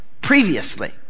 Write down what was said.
previously